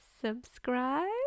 Subscribe